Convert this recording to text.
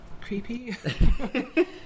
creepy